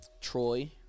Troy